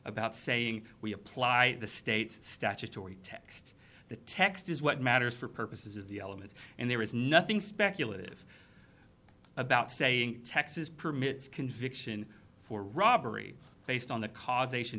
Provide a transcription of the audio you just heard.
about saying we apply the state's statutory text the text is what matters for purposes of the elements and there is nothing speculative about saying texas permits conviction for robbery based on the causation